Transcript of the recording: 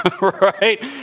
Right